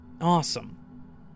Awesome